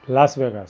Las Vegas